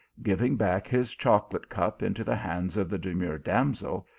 giving back his chocolate cup into the hands of the demure damsel,